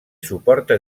suporta